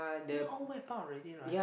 think all wipe out already right